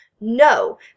No